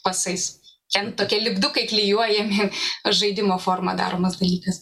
pasais ten tokie lipdukai klijuojami žaidimo forma daromas dalykas